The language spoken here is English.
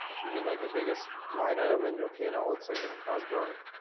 you mean like the biggest line item in your p and l that's like gonna cause burn?